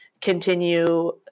continue